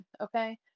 okay